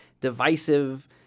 divisive